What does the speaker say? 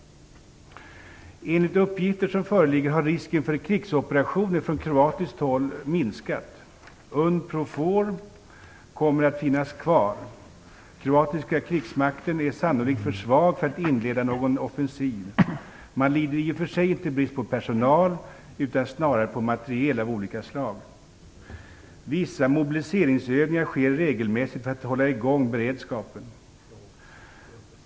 Enligt uppgifter som föreligger har risken för krigsoperationer från kroatiskt håll minskat. Unprofor kommer att finnas kvar. Den kroatiska krigsmakten är sannolikt för svag för att inleda någon offensiv. Man lider i och för sig inte brist på personal, utan snarare på materiel av olika slag. Vissa mobiliseringsövningar sker regelmässigt för att hålla i gång beredskapen.